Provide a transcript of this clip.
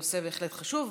זה נושא בהחלט חשוב.